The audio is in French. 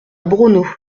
braunau